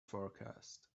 forecast